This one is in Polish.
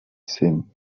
syn